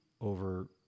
over